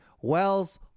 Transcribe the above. Wells